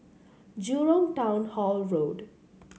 Jurong Town Hall Road